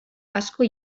asko